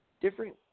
different